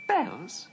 Bells